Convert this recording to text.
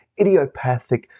idiopathic